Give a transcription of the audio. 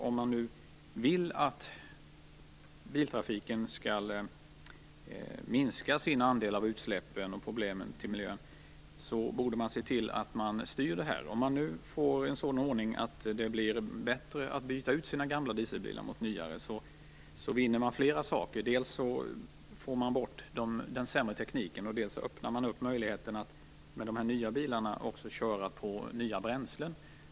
Om man nu vill att biltrafiken skall minska sin andel av utsläppen och problemen till miljön borde man styra detta. Om man får till stånd en sådan ordning att det blir förmånligt att byta ut gamla dieselbilar mot nyare vinner man flera saker: dels får man bort den sämre tekniken, dels öppnar man möjligheten att med de nya bilarna köra på nya bränslen.